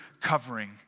covering